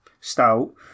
stout